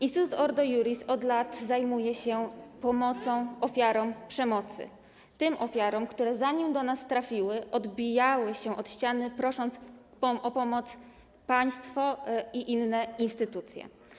Instytut Ordo Iuris od lat zajmuje się pomocą ofiarom przemocy, tym ofiar, które zanim do nas trafiły, odbijały się od ściany, prosząc o pomoc państwo i inne instytucje.